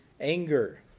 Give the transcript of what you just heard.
Anger